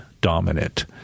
dominant